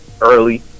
early